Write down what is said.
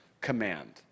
command